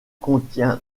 contient